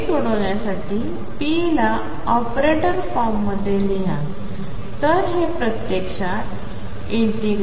हे सोडविण्यासाठी p ला ऑपरेटर फॉर्ममध्ये लिहा तर हे प्रत्यक्षात ∫xidψdxiddxxψdx